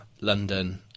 London